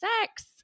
sex